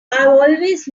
always